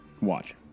watch